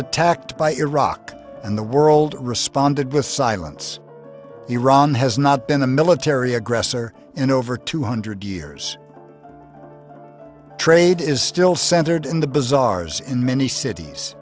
attacked by iraq and the world responded with silence iran has not been a military aggressor in over two hundred years trade is still centered in the bazaars in many cities